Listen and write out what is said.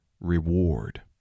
reward